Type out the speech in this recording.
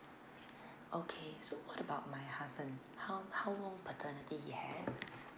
okay so what about my husband how how long paternity he has